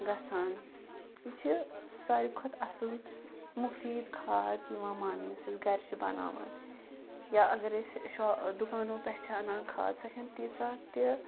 گژھان یہِ چھِ ساروی کھۄتہٕ اَصٕل مُفیٖد کھاد یِوان ماننہٕ یُس أسۍ گَرِ چھِ بَناوان یا اگر أسۍ شا دُکانو پٮ۪ٹھ چھِ اَنان کھاد سۄ چھَنہٕ تیٖژاہ تہِ